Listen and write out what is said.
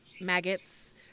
maggots